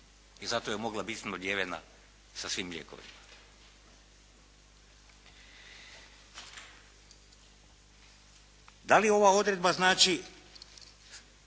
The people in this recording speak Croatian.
i zato je mogla biti snabdjevena sa svim lijekovima. Da li ova odredba znači